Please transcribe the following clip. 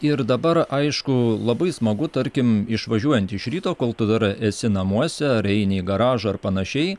ir dabar aišku labai smagu tarkim išvažiuojant iš ryto kol tu dar esi namuose ar eini į garažą ar panašiai